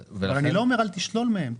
אבל אני לא אומר, אל תשלול מהם.